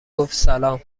گفتسلام